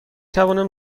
توانم